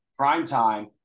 Primetime